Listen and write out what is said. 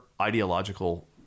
ideological